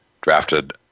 drafted